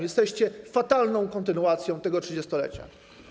Jesteście fatalną kontynuacją tego trzydziestolecia.